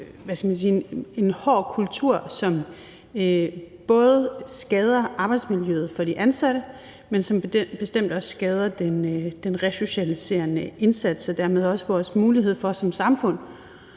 en hård kultur, som både skader arbejdsmiljøet for de ansatte, men som bestemt også skader den resocialiserende indsats og dermed også vores muligheder for som samfund